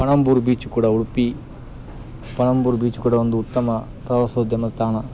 Panambur beach ಕೂಡ Udupi Panambur beach ಕೂಡ ಒಂದು ಉತ್ತಮ ಪ್ರವಾಸೋದ್ಯಮ ತಾಣ